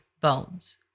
bones